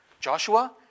Joshua